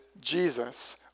Jesus